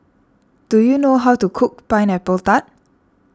do you know how to cook Pineapple Tart